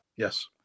Yes